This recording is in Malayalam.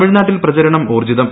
തമിഴ്നാട്ടിൽ പ്രചരണം ഊർജ്ജിതം